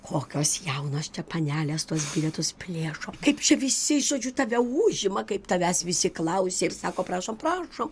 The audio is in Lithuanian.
kokios jaunos panelės tuos bilietus plėšo kaip čia visi žodžiu tave užima kaip tavęs visi klausia ir sako prašom prašom